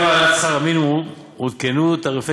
כבר עם העלאת שכר המינימום עודכנו תעריפי